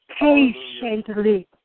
patiently